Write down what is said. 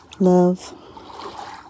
love